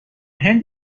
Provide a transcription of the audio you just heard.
هند